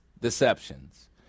deceptions